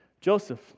Joseph